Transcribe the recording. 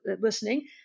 listening